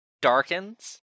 darkens